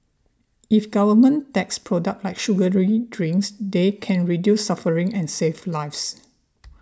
if governments tax products like sugary drinks they can reduce suffering and save lives